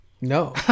No